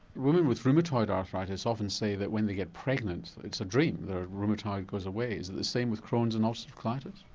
women with rheumatoid arthritis often say that when they get pregnant it's a dream, the rheumatoid goes away is it the same with crohns and ulcerative colitis?